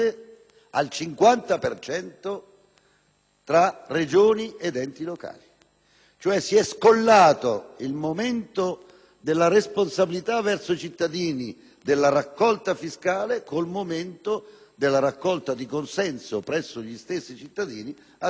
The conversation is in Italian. tra Regioni ed enti locali. Si è scollato, cioè, il momento della responsabilità verso i cittadini della raccolta fiscale con il momento della raccolta di consenso presso gli stessi cittadini attraverso la distribuzione di spesa pubblica.